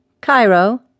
Cairo